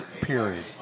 period